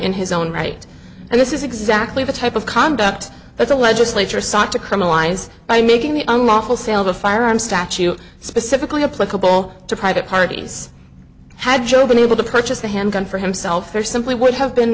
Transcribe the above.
in his own right and this is exactly the type of conduct that the legislature sought to criminalize by making the unlawful sale of a firearm statute specifically applicable to private parties had joe been able to purchase a handgun for himself or simply would have been